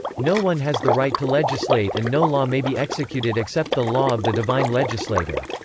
no one has the right to legislate and no law may be executed except the law of the divine legislator.